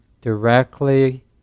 directly